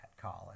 College